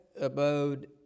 abode